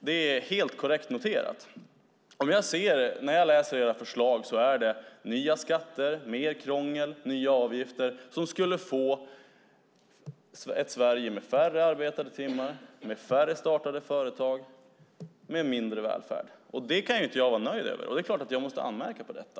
Det är helt korrekt noterat. Det jag ser när jag läser era förslag är nya skatter, mer krångel och nya avgifter som skulle få ett Sverige med färre arbetade timmar, med färre startade företag och med mindre välfärd. Det kan ju inte jag vara nöjd med. Det är klart att jag måste anmärka på detta.